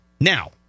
Now